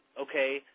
Okay